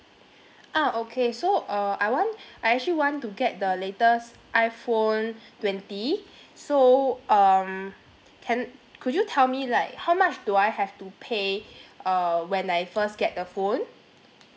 ah okay so uh I want I actually want to get the latest iphone twenty so um can could you tell me like how much do I have to pay uh when I first get the phone